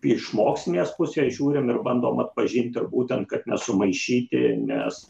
iš mokslinės pusės žiūrim ir bandom atpažinti ir būtent kad nesumaišyti nes